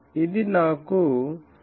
అది నాకు 11